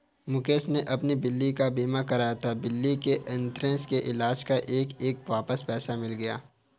मुकेश ने अपनी बिल्ली का बीमा कराया था, बिल्ली के अन्थ्रेक्स के इलाज़ का एक एक पैसा वापस मिल गया